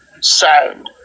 sound